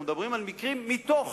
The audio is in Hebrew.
אנחנו מדברים על כמה מקרים מתוך